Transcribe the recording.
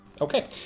Okay